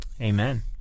Amen